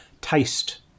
taste